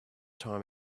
time